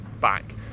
back